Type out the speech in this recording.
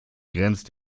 grenzt